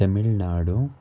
Tamil Nadu